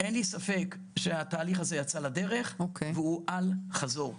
אין לי ספק שהתהליך הזה יצא לדרך והוא אל חזור,